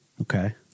Okay